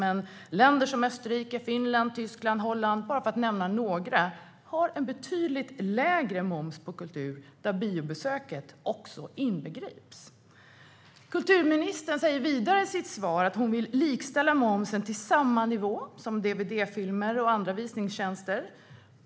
Men länder som Österrike, Finland, Tyskland och Holland, för att bara nämna några, har en betydligt lägre moms på kultur där biobesöket också inbegrips. Kulturministern säger vidare i sitt svar att hon vill likställa momsen på samma nivå som för dvd-filmer och andra visningstjänster.